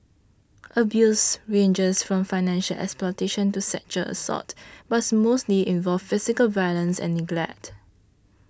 abuse ranges from financial exploitation to sexual assault but mostly involves physical violence and neglect